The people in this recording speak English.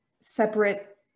separate